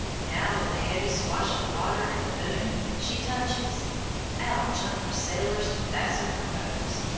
now, with a heavy swash of water and a boom, she touches out jump her sailors to fasten her ropes.